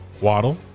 Waddle